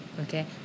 okay